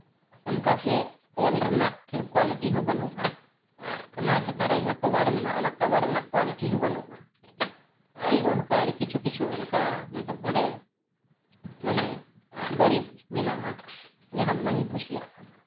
ᱚᱱᱠᱟᱜᱮ ᱚᱞ ᱨᱮᱱᱟᱜ ᱰᱷᱮᱨ ᱠᱚᱣᱟᱞᱤᱴᱤ ᱦᱚᱸ ᱵᱟᱹᱱᱩᱜᱼᱟ ᱚᱱᱟ ᱪᱮᱛᱟᱱ ᱨᱮ ᱡᱟᱦᱟᱸ ᱠᱚᱵᱷᱟᱨ ᱢᱮᱱᱟᱜᱼᱟ ᱚᱱᱟ ᱠᱟᱵᱷᱟᱨ ᱨᱮᱱᱟᱜ ᱠᱚᱣᱟᱞᱤᱴᱤ ᱦᱚᱸ ᱵᱟᱹᱱᱩᱜᱼᱟ ᱟᱹᱰᱤᱜᱮ ᱚᱱᱠᱟ ᱟᱹᱰᱤ ᱠᱤᱪᱷᱩ ᱠᱤᱪᱷᱩ ᱚᱱᱠᱟ ᱢᱚᱛᱞᱚᱵᱽ ᱚᱸᱰᱮ ᱢᱟᱱᱮ ᱵᱟᱹᱲᱤᱡᱽ ᱢᱮᱱᱟᱜᱼᱟ ᱡᱟᱦᱟᱸ ᱵᱟᱹᱧ ᱠᱩᱥᱤᱭᱟᱜ ᱠᱟᱱᱟ